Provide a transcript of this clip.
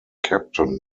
captain